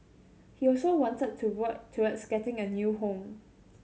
he also wanted to work towards getting a new home